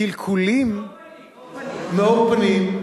קלקולים, מאור פנים, מאור פנים.